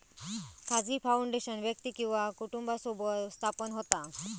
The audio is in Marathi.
खाजगी फाउंडेशन व्यक्ती किंवा कुटुंबासोबत स्थापन होता